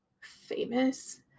famous